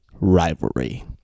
rivalry